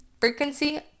frequency